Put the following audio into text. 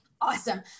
Awesome